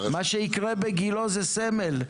מה שיקרה בגילה זה סמל,